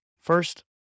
First